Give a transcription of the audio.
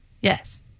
Yes